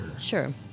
Sure